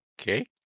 okay